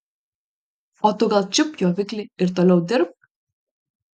o tu gal čiupk pjoviklį ir toliau dirbk